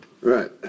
Right